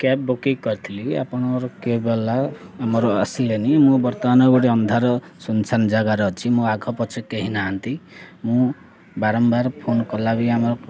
cab booking କରିଥିଲି ଆପଣଙ୍କର cab ବାଲା ଆମର ଆସିଲେନି ମୁଁ ବର୍ତ୍ତମାନ ଗୋଟେ ଅନ୍ଧାର ସୁନ୍ସାନ୍ ଜାଗାରେ ଅଛି ମୁଁ ଆଗ ପଛେ କେହି ନାହାନ୍ତି ମୁଁ ବାରମ୍ବାର ଫୋନ୍ କଲା ବି ଆମର